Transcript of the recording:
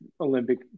Olympic